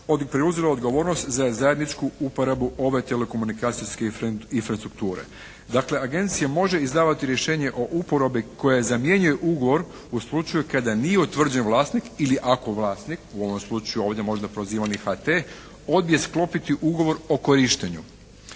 to, preuzela odgovornost za zajedničku uporabu ove telekomunikacijske infrastrukture. Dakle agencija može izdavati rješenje o uporabi koja zamjenjuje ugovor u slučaju kada nije utvrđen vlasnik ili ako vlasnik u ovom slučaju ovdje možda prozivani HT odbije sklopiti ugovor o korištenju.